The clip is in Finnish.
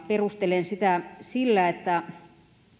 perustelen sitä sillä että